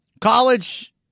College